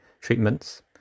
treatments